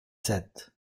sept